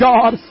God